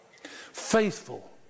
faithful